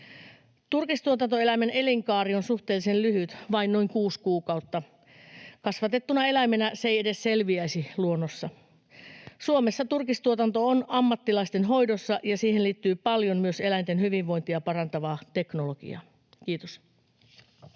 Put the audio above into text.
Turkistuotantoeläimen elinkaari on suhteellisen lyhyt, vain noin kuusi kuukautta. Kasvatettuna eläimenä se ei edes selviäisi luonnossa. Suomessa turkistuotanto on ammattilaisten hoidossa, ja siihen liittyy paljon myös eläinten hyvinvointia parantavaa teknologiaa. — Kiitos.